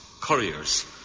couriers